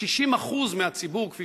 כ-60% מהציבור של